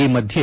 ಈ ಮಧ್ಯೆ